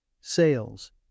Sales